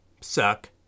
suck